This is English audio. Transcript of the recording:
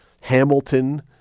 Hamilton